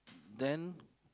then